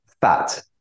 Fat